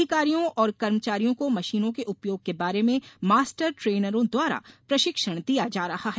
अधिकारियों और कर्मचारियों को मशीनों के उपयोग के बारे में मास्टर ट्रेनरों द्वारा प्रशिक्षण दिया जा रहा है